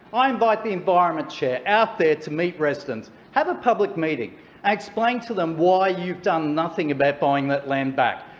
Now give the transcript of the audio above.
i invite the environment chair out there to meet residents. have a public meeting and explain to them why you've done nothing about buying that land back,